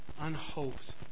unhoped